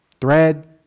thread